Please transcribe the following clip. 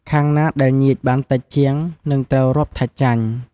ខាងណាដែលញៀចបានតិចជាងនឹងត្រូវរាប់ថាចាញ់។